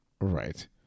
Right